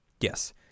Yes